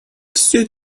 все